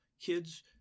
kids